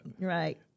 right